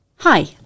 Hi